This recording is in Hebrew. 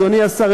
אדוני השר,